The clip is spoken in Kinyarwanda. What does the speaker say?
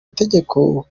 itegeko